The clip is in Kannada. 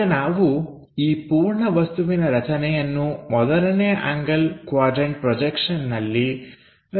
ಈಗ ನಾವು ಈ ಪೂರ್ಣ ವಸ್ತುವಿನ ರಚನೆಯನ್ನು ಮೊದಲನೇ ಆಂಗಲ್ ಕ್ವಾಡ್ರನ್ಟ ಪ್ರೊಜೆಕ್ಷನ್ ನಲ್ಲಿ ರಚಿಸೋಣ